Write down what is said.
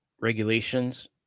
regulations